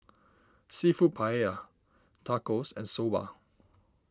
Seafood Paella Tacos and Soba